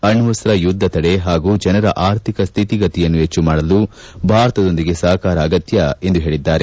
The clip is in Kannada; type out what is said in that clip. ಅಣ್ಣಸ್ತ ಯುದ್ದ ತಡೆ ಹಾಗೂ ಜನರ ಅರ್ಥಿಕ ಸ್ಹಿತಿಗತಿಯನ್ನು ಹೆಚ್ಚು ಮಾಡಲು ಭಾರತದೊಂದಿಗಿನ ಸಪಕಾರ ಅಗತ್ಯ ಎಂದು ಹೇಳಿದ್ದಾರೆ